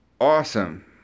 awesome